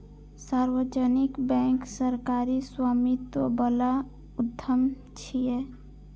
सार्वजनिक बैंक सरकारी स्वामित्व बला उद्यम छियै